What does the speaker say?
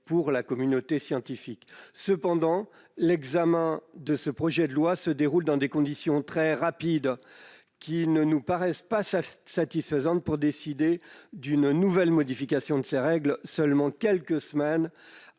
pour la communauté scientifique. Cependant, l'examen du présent projet de loi se déroule dans des conditions de grande rapidité, qui ne nous paraissent pas satisfaisantes pour décider d'une nouvelle modification de ces règles quelques semaines